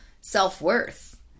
self-worth